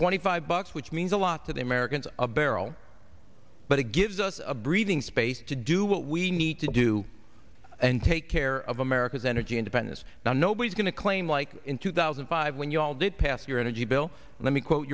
twenty five bucks which means a lot to the americans a barrel but it gives us a breathing space to do what we need to do and take care of america's energy independence now nobody's going to claim like in two thousand five when you all did pass your energy bill let me quote